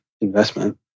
investment